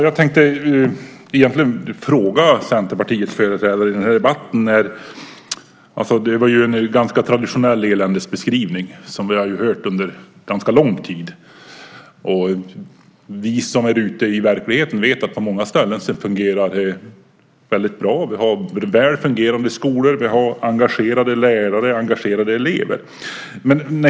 Herr talman! Det var ju en ganska traditionell eländesbeskrivning som vi har hört under ganska lång tid. Vi som är ute i verkligheten vet att det fungerar väldigt bra på många ställen. Vi har väl fungerande skolor. Vi har engagerade lärare och engagerade elever.